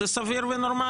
זה סביר ונורמלי.